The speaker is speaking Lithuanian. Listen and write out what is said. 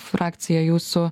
frakcija jūsų